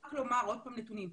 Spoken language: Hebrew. רק לומר עוד פעם נתונים.